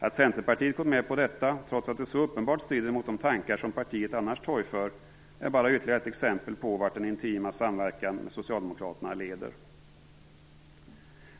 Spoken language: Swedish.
Att Centerpartiet gått med på detta, trots att det så uppenbart strider mot de tankar som partiet annars torgför, är bara ytterligare ett exempel på vart den intima samverkan med Socialdemokraterna leder.